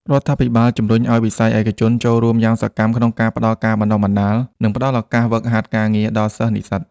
រដ្ឋាភិបាលជំរុញឱ្យវិស័យឯកជនចូលរួមយ៉ាងសកម្មក្នុងការផ្តល់ការបណ្តុះបណ្តាល និងផ្តល់ឱកាសហ្វឹកហាត់ការងារដល់សិស្សនិស្សិត។